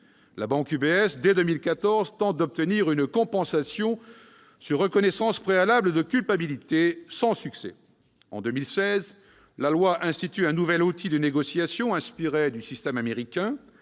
la banque UBS a tenté d'obtenir une « comparution sur reconnaissance préalable de culpabilité ». Sans succès. En 2016, la loi a institué un nouvel outil de négociation inspiré du système américain,